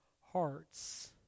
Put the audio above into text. hearts